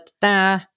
da